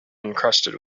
encrusted